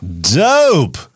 dope